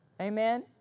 Amen